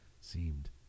seemed